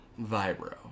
vibro